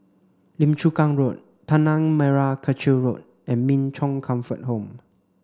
Lim Chu Kang Road Tanah Merah Kechil Road and Min Chong Comfort Home